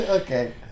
Okay